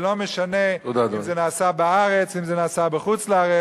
ולא משנה אם זה נעשה בארץ ואם זה נעשה בחוץ-לארץ.